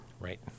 Right